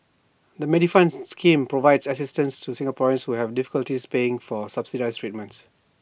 the Medifund scheme provides assistance Singaporeans who have difficulties paying for subsidized treatments